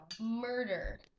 Murder